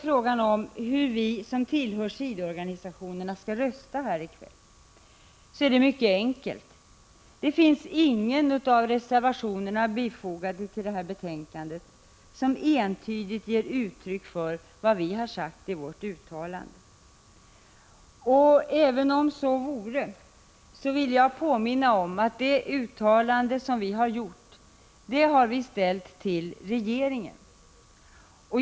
Frågan om hur vi som tillhör sidoorganisationerna skall rösta här i kväll är mycket enkel att besvara. Det finns inga reservationer som entydigt ger uttryck för vad vi har sagt i vårt uttalande. Och även om så vore, vill jag påminna om att det uttalande som vi har gjort är ställt till regeringen.